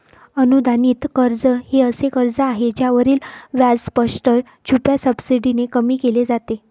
अनुदानित कर्ज हे असे कर्ज आहे ज्यावरील व्याज स्पष्ट, छुप्या सबसिडीने कमी केले जाते